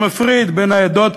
שמפריד בין העדות